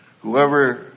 whoever